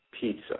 pizza